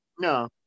No